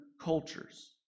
cultures